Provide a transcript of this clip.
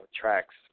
tracks